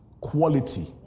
Quality